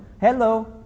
Hello